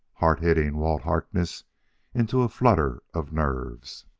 hard-hitting walt harkness into a flutter of nerves.